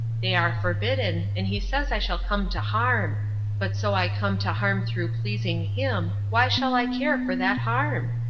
they are forbidden, and he says i shall come to harm but so i come to harm through pleasing him, why shall i care for that harm?